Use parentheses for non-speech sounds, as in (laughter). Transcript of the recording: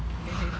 (laughs)